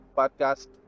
podcast